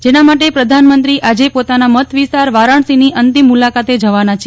જેના માટે પ્રધાનમંત્રી આજે પોતાના મત વિસ્તાર વારાણસીની અંતિમ મુલાકાતે જવાના છે